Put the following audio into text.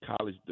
college